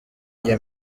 njye